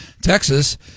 Texas